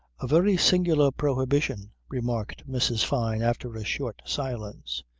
a very singular prohibition, remarked mrs. fyne after a short silence.